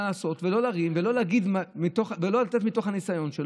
לעשות ולא להרים ולא לתת מתוך הניסיון,